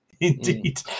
indeed